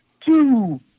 two